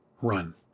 Run